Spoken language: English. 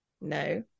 No